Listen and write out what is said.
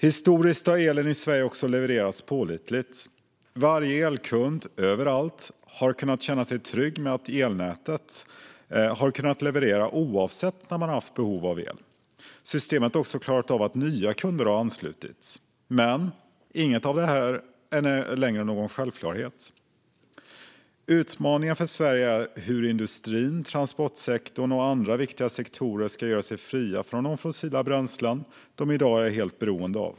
Historiskt har elen i Sverige levererats pålitligt. Varje elkund, överallt, har kunnat känna sig trygg med att elnätet har levererat oavsett när man har haft behov av el. Systemet har också klarat av att nya kunder har anslutit. Men inget av det här är längre någon självklarhet. Utmaningen för Sverige är hur industrin, transportsektorn och andra viktiga sektorer ska göra sig fria från de fossila bränslen de i dag är helt beroende av.